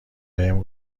بهم